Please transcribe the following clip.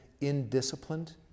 indisciplined